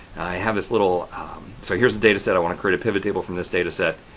i have this little so here's the dataset. i want to create a pivot table from this dataset.